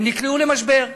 הם נקלעו למשבר.